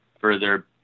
further